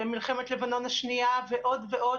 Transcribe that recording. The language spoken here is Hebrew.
מלחמת לבנון השנייה ועוד ועוד,